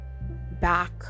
back